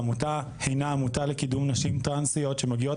העמותה הינה עמותה לקידום נשים טרנסיות שמגיעות